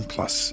Plus